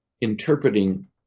interpreting